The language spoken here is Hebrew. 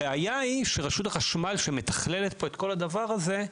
הבעיה היא שרשות החשמל שמתכללת פה את כל הדבר הזה,